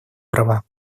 права